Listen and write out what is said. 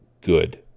good